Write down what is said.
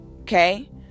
Okay